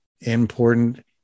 important